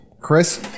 Chris